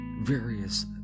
various